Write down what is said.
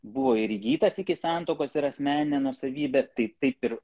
buvo ir įgytas iki santuokos ir asmeninė nuosavybė tai taip ir